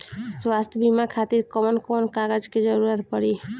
स्वास्थ्य बीमा खातिर कवन कवन कागज के जरुरत पड़ी?